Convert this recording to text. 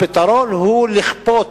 הפתרון הוא לכפות